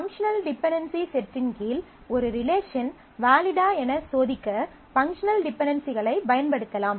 functional dependency செட்டின் கீழ் ஒரு ரிலேஷன் வேலிட்டா எனச் சோதிக்க பங்க்ஷனல் டிபென்டென்சிகளைப் பயன்படுத்தலாம்